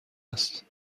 است